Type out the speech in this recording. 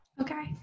Okay